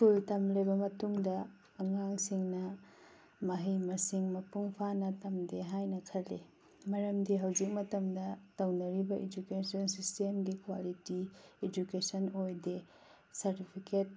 school ꯇꯝꯂꯤꯕ ꯃꯇꯨꯡꯗ ꯑꯉꯥꯡꯁꯤꯡꯅ ꯃꯍꯩ ꯃꯁꯤꯡ ꯃꯄꯨꯡ ꯐꯥꯅ ꯇꯝꯗꯦ ꯍꯥꯏꯅ ꯈꯜꯂꯤ ꯃꯔꯝꯗꯤ ꯍꯧꯖꯤꯛ ꯃꯇꯝꯗ ꯇꯧꯅꯔꯤꯕ ꯏꯖꯨꯀꯦꯁꯟ ꯁꯤꯁꯇꯦꯝꯒꯤ ꯀ꯭ꯋꯥꯂꯤꯇꯤ ꯏꯖꯨꯀꯦꯁꯟ ꯑꯣꯏꯗꯦ ꯁꯥꯔꯇꯤꯐꯤꯀꯦꯠ